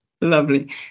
Lovely